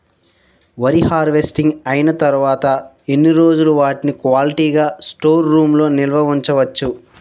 వరి హార్వెస్టింగ్ అయినా తరువత ఎన్ని రోజులు వాటిని క్వాలిటీ గ స్టోర్ రూమ్ లొ నిల్వ ఉంచ వచ్చు?